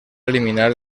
eliminar